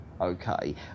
Okay